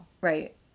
Right